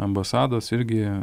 ambasados irgi